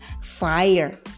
fire